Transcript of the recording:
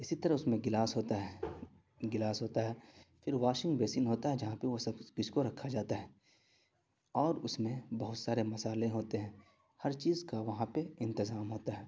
اسی طرح اس میں گلاس ہوتا ہے گلاس ہوتا ہے پھر واشنگ بیسن ہوتا ہے جہاں پہ وہ سب چیز کو رکھا جاتا ہے اور اس میں بہت سارے مصالحے ہوتے ہیں ہر چیز کا وہاں پہ انتظام ہوتا ہے